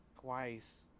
twice